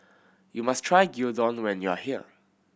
you must try Gyudon when you are here